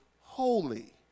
holy